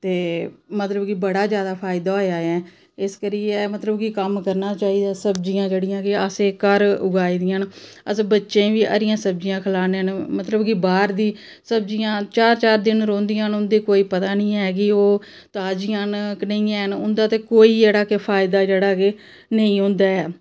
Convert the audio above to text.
ते मतलब कि बड़ा जैदा फायदा होआ ऐ इस करियै मतलब कि कम्म करना चाहिदा सब्जियां जेह्ड़ियां कि असें घर उगाइ दियां न अस बच्चें गी बी हरियां सब्जियां खलान्ने न मतलब कि बाह्र दी सब्जियां चार चार दिन रौंह्दियां न ते कोई पता निं ऐ कि ओह् ताजियां न कनेइयां ऐन उं'दा ते कोई ऐ कि जेह्ड़ा फायदा केह् नेईं होंदा ऐ